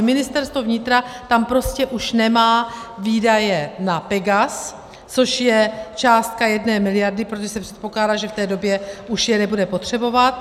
Ministerstvo vnitra tam prostě už nemá výdaje na Pegas, což je částka jedné miliardy, protože se předpokládá, že v té době už je nebude potřebovat.